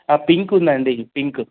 pink ఉందండి pink